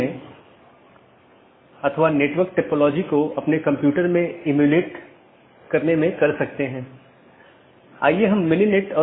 यह एक बड़े आईपी नेटवर्क या पूरे इंटरनेट का छोटा हिस्सा है